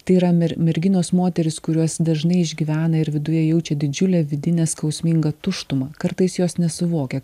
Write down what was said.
tai yra mer merginos moterys kurios dažnai išgyvena ir viduje jaučia didžiulę vidinę skausmingą tuštumą kartais jos nesuvokia